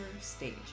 stage